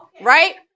right